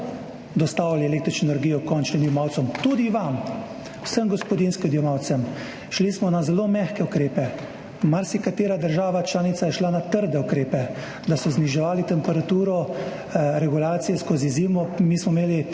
dostavili električno energijo končnim odjemalcem, tudi vam, vsem gospodinjskim odjemalcem. Šli smo na zelo mehke ukrepe. Marsikatera država članica je šla na trde ukrepe, da so zniževali temperaturo regulacije skozi zimo. Mi smo imeli